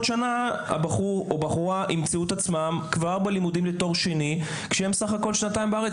שנה הם ימצאו את עצמם בלימודים לתואר שני כשהם בסך הכול שנתיים בארץ.